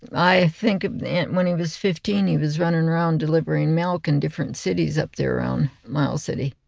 i think of it when he was fifteen he was running around delivering milk in different cities up there around miles city.